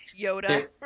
Yoda